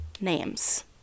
names